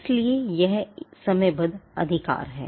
इसलिए यह समयबद्ध अधिकार है